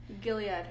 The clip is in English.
Gilead